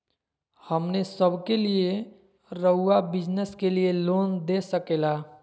हमने सब के लिए रहुआ बिजनेस के लिए लोन दे सके ला?